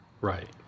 right